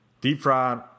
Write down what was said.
Deep-fried